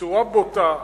בצורה בוטה.